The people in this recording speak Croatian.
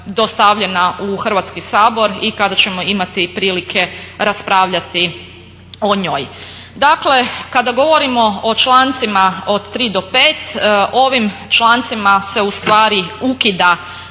dostavljena u Hrvatski sabor i kada ćemo imati prilike raspravljati o njoj. Dakle, kada govorimo o člancima od 3 do 5 ovim člancima se ukida